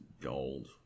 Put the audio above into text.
gold